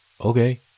okay